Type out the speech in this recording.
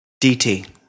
DT